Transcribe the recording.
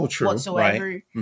whatsoever